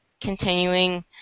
continuing